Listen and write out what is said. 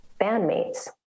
bandmates